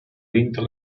vinto